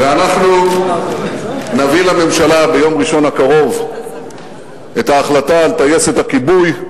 אנחנו נביא לממשלה ביום ראשון הקרוב את ההחלטה על טייסת הכיבוי,